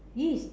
it is